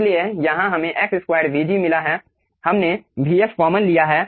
इसलिए यहाँ हमें x2 vg मिला है हमने vf कॉमन लिया है